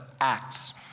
Acts